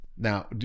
Now